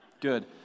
Good